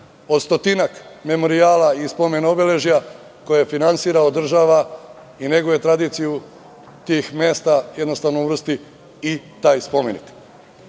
od stotinak memorijala i spomen obeležja koje finansira, održava i neguje tradiciju tih mesta, jednostavno uvrsti i taj spomenik.Međutim,